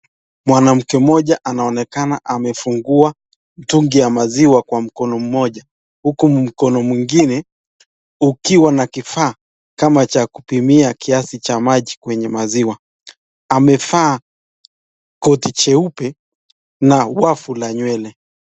Mwanamke mmoja anaonekana amefungua mtungi Wa maziwa kwa mkono mmoja huku mkono mwingine hukiwa na kifaa kama cha kupimia Kiasi cha Majin kwenye maziwa amevaa koti jeupe na wafu Wa nywele.